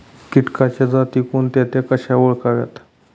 किटकांच्या जाती कोणत्या? त्या कशा ओळखाव्यात?